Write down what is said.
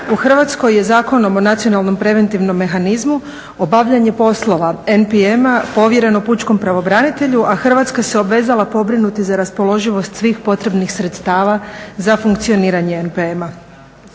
u Hrvatskoj je Zakonom o nacionalnom preventivnom mehanizmu obavljanje poslova NPM-a povjereno pučkom pravobranitelju a Hrvatska se obvezala pobrinuti za raspoloživost svih potrebnih sredstava za funkcioniranje NPM-a.